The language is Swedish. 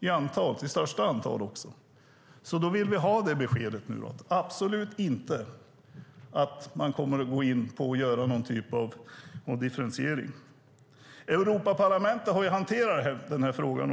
Därför vill vi ha beskedet att man absolut inte kommer att göra någon typ av differentiering. Europaparlamentet har ju hanterat den här frågan.